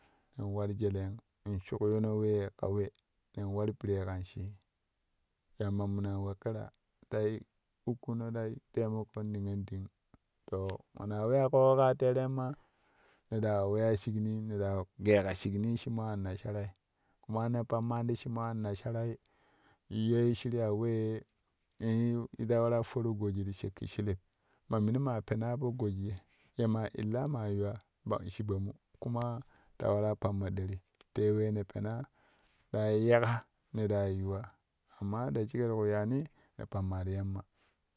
Nen war jelei in shugiyino wee ka we nen war piree kan shi yamma minaan we ƙira tai ukkino ta taimakon niyonɗing to mana weya ƙoƙoi kaa teremma ne ta wa weya shiknii ne daa geeka shiknii shi mo anasarai kuma ne pamman ti shi mo anasarai ye shirya weyyeye ye ye ta waraa foru goji ta shilib ma minu maa penaa po goji ye a ilaa maa yuwa ɓo shiɓomu kuma ta waraa pammo ɗeri te wee ne penaa ɗaa yeƙa ne ɗaa yuwa amma da shike ti ku yaani ne pamma ti yamma.